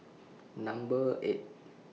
Number eight